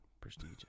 Prestigious